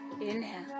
inhale